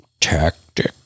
Tactic